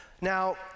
Now